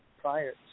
prior